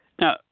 Now